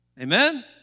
Amen